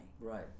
right